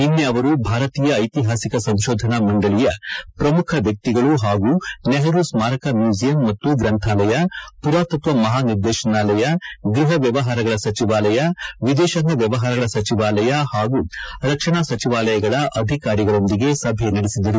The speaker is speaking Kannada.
ನಿನ್ನೆ ಅವರು ಭಾರತೀಯ ಐತಿಹಾಸಿಕ ಸಂಶೋಧನಾ ಮಂದಳಿಯ ಪ್ರಮುಖ ವ್ಯಕ್ತಿಗಳ ಹಾಗೂ ನೆಹರು ಸ್ಮಾರಕ ಮ್ಯೂಸಿಯಂ ಮತ್ತು ಗ್ರಂಥಾಲಯ ಪುರಾತತ್ವ ಮಹಾನಿರ್ದೇಶನಾಲಯ ಗ್ಬಹ ವ್ಯವಹಾರಗಳ ಸಚಿವಾಲಯ ವಿದೇಶಾಂಗ ವ್ಯವಹಾರಗಳ ಸಚಿವಾಲಯ ಹಾಗೂ ರಕ್ಷಣಾ ಸಚಿವಾಲಯಗಳ ಅಧಿಕಾರಿಗಳೊಂದಿಗೆ ಸಭೆ ನಡೆಸಿದರು